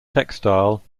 textile